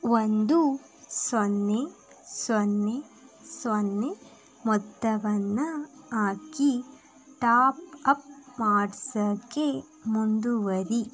ಒಂದು ಸೊನ್ನೆ ಸೊನ್ನೆ ಸೊನ್ನೆ ಮೊತ್ತವನ್ನು ಹಾಕಿ ಟಾಪ್ ಅಪ್ ಮಾಡಿಸೊಕ್ಕೆ ಮುಂದುವರಿ